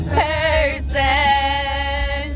person